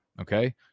okay